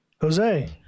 Jose